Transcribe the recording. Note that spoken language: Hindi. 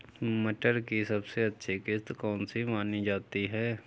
मटर की सबसे अच्छी किश्त कौन सी मानी जाती है?